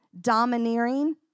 domineering